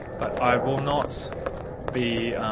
but i will not be